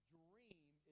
dream